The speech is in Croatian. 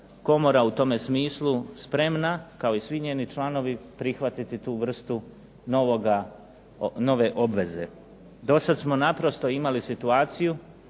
komora u tome smislu spremna kao i svi njeni članovi prihvatiti tu vrstu nove obveze. Do sada smo naprosto imali situaciju